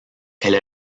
elle